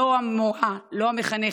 לא המורה, לא המחנכת,